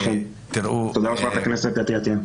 תודה לכם, תודה לחברת הכנסת אתי עטייה.